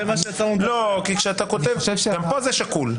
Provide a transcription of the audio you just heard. זה מה ש --- גם פה זה שקול.